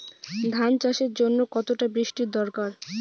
ধান চাষের জন্য কতটা বৃষ্টির দরকার?